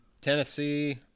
Tennessee